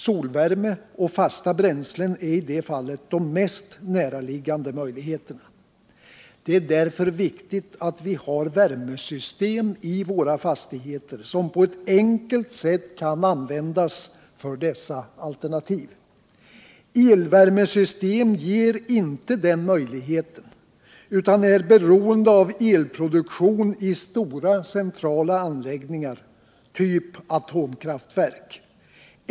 Solvärme och fasta bränslen är i det fallet de mest näraliggande möjligheterna. Det är därför viktigt att vi har värmesystem i våra fastigheter som på ett enkelt sätt kan användas för dessa alternativ. Elvärmesystem ger inte den möjligheten utan är beroende av elproduktion i stora, centrala anläggningar, typ atomkraftverk.